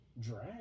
Drag